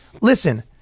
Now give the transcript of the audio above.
listen